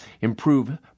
improve